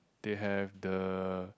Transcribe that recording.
they have the